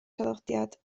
traddodiad